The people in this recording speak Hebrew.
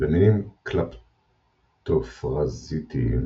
במינים קלפטופרזיטיים,